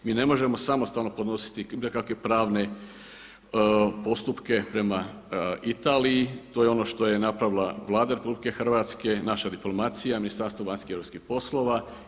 Mi ne možemo samostalno podnositi nekakve pravne postupke prema Italiji, to je ono što je napravila Vlada RH, naša diplomacija, Ministarstvo vanjskih i europskih poslova.